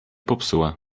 popsuła